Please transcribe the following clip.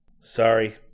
Sorry